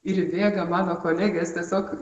ir įbėga mano kolegės tiesiog